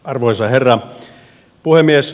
arvoisa herra puhemies